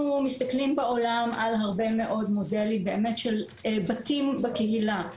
אנחנו מסתכלים בעולם על הרבה מאוד מודלים של בתים בקהילה,